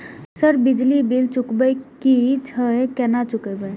Sir बिजली bill चुकाबे की छे केना चुकेबे?